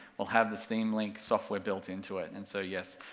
will have the steam link software built into it, and so yes,